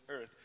earth